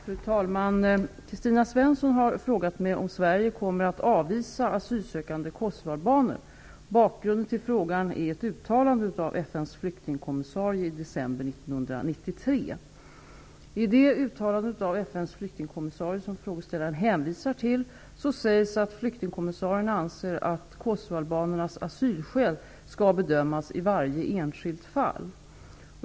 Fru talman! Kristina Svensson har frågat mig om Sverige kommer att avvisa asylsökande kosovoalbaner. Bakgrunden till frågan är ett uttalande av FN:s flyktingkommissarie i december I det uttalande av FN:s flyktingkommissarie som frågeställaren hänvisar till sägs att flyktingkommissarien anser att kosovoalbanernas asylskäl skall bedömas i varje enskilt fall.